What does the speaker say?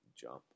jump